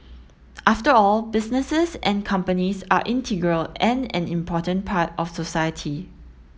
after all businesses and companies are integral and an important part of society